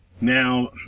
Now